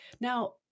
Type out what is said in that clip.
Now